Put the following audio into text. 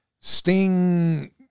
Sting